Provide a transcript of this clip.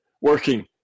working